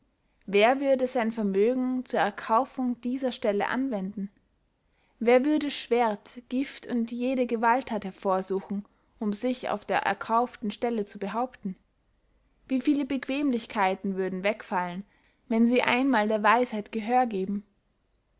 wer würde sein vermögen zur erkaufung dieser stelle anwenden wer würde schwerdt gift und jede gewaltthat hervorsuchen um sich auf der erkauften stelle zu behaupten wie viele bequemlichkeiten würden wegfallen wenn sie einmal der weisheit gehör geben